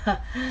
!huh!